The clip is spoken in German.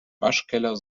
waschkeller